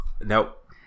Nope